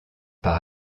par